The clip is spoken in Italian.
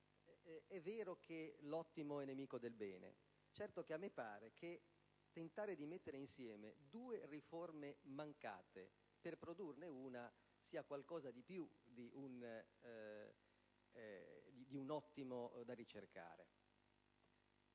è vero che l'ottimo è nemico del bene, ma certo, a me pare, tentare di mettere insieme due riforme mancate per produrne una è qualcosa di più di un ottimo da ricercare.